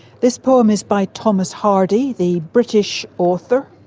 this poem is by thomas hardy, the british author,